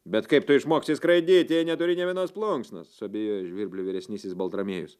bet kaip tu išmoksi skraidyti jei neturi nė vienos plunksnos suabejojo žvirblių vyresnysis baltramiejus